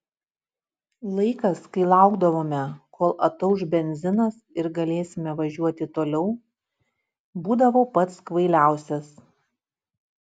laikas kai laukdavome kol atauš benzinas ir galėsime važiuoti toliau būdavo pats kvailiausias